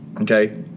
Okay